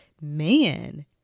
man